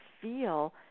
feel